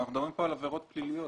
אנחנו מדברים כאן על עבירות פליליות.